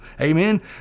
Amen